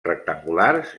rectangulars